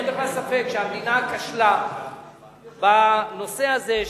אין בכלל ספק שהמדינה כשלה בנושא הזה.